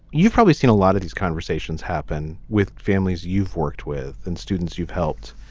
you've probably seen a lot of these conversations happen with families you've worked with and students you've helped.